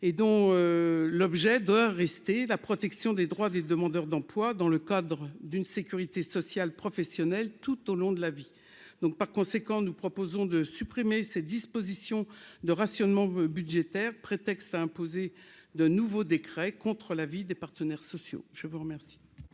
et dont l'objet doit rester la protection des droits des demandeurs d'emploi dans le cadre d'une sécurité sociale professionnelle tout au long de la vie, donc par conséquent, nous proposons de supprimer ces dispositions de rationnement budgétaire prétexte à imposer de nouveaux décrets contre l'avis des partenaires sociaux, je vous remercie.